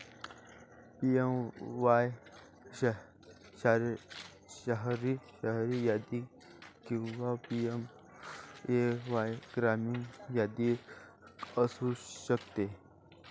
PMAY शहरी यादी किंवा पी.एम.ए.वाय ग्रामीण यादी असू शकते